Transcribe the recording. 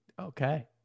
Okay